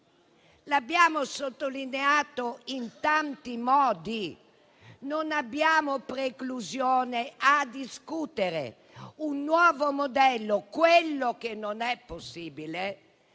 L'abbiamo sottolineato in tanti modi: non abbiamo preclusione a discutere un nuovo modello, quello che non è possibile